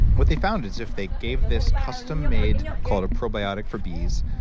what they found is if they gave this custom made, call it a probiotic for bees,